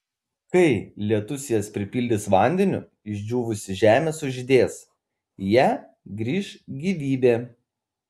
kai lietus jas pripildys vandeniu išdžiūvusi žemė sužydės į ją grįš gyvybė